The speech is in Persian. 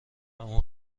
اون